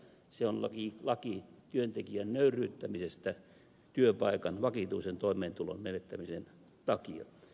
se on laki työntekijän nöyryyttämisestä työpaikan vakituisen toimeentulon menettämisen takia